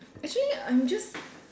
actually I'm just